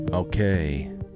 Okay